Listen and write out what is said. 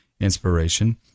inspiration